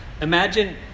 Imagine